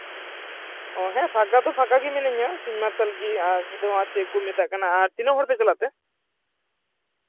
ᱚ ᱦᱮᱸ ᱯᱷᱟᱠᱟ ᱫᱚ ᱯᱷᱟᱠᱟ ᱜᱮ ᱢᱤᱱᱟᱹᱧᱟ ᱥᱤᱧ ᱢᱟᱨᱥᱟᱞ ᱜᱮ ᱧᱤᱫᱟᱹ ᱢᱟ ᱪᱮᱫ ᱠᱚ ᱢᱮᱛᱟᱜ ᱠᱟᱱᱟ ᱟᱨ ᱛᱤᱱᱟᱹᱜ ᱦᱚᱲᱯᱮ ᱪᱟᱞᱟᱜ ᱛᱮ